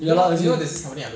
ya lah that's you